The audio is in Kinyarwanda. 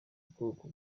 bwoko